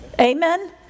Amen